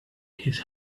his